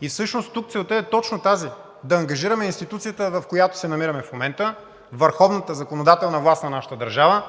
И всъщност тук целта е точно тази – да ангажираме институцията, в която се намираме в момента, върховната законодателна власт в нашата държава,